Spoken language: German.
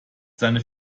seine